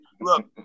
Look